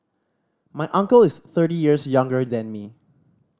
my uncle is thirty years younger than me